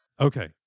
Okay